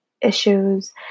issues